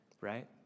Right